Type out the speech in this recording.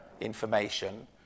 information